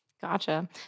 Gotcha